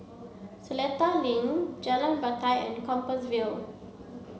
Seletar Link Jalan Batai and Compassvale